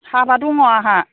हाबा दङ आंहा